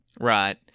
Right